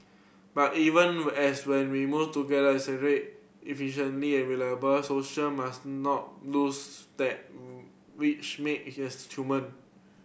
but even as when we move get accelerated efficiently and reliable social must not lose that which make his human